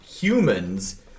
humans